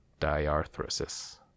diarthrosis